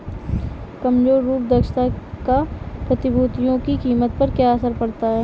कमजोर रूप दक्षता का प्रतिभूतियों की कीमत पर क्या असर पड़ता है?